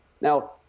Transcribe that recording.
Now